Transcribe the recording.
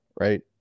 right